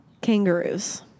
kangaroos